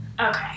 Okay